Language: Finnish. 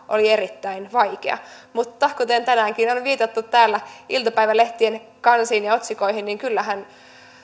oli erittäin vaikea mutta kuten tänäänkin on viitattu täällä iltapäivälehtien kansiin ja otsikoihin niin kyllähän